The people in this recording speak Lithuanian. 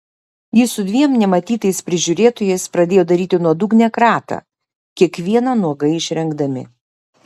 jis su dviem nematytais prižiūrėtojais pradėjo daryti nuodugnią kratą kiekvieną nuogai išrengdami